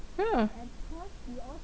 yeah